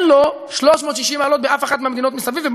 לו 360 מעלות באף אחת מהמדינות מסביב.